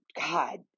God